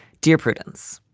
dear prudence,